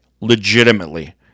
legitimately